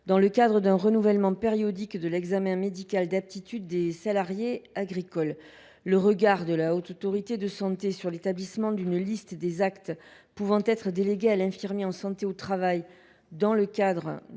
dans le cadre d’un renouvellement périodique de l’examen médical d’aptitude des salariés agricoles. Le regard de la Haute Autorité de santé sur l’établissement d’une liste des actes pouvant être délégués à l’infirmier en santé au travail dans ce cadre